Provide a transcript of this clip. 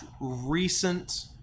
recent